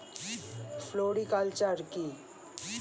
Floriculture কি?